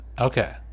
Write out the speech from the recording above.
Okay